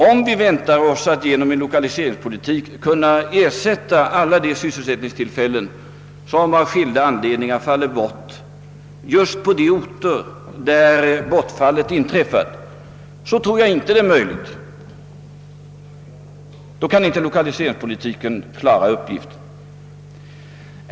Om vi väntar oss att genom lokaliseringsåtgärder kunna ersätta alla sysselsättningstillfällen, som av skilda anledningar faller bort, och att ersätta dem just på de orter där bortfallet inträffar, tror jag inte att vi kan lyckas.